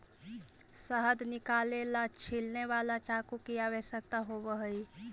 शहद निकाले ला छिलने वाला चाकू की आवश्यकता होवअ हई